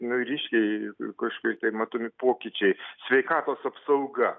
nu ryškiai ir ir kažkaip taip matomi pokyčiai sveikatos apsauga